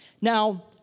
Now